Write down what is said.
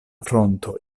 fronto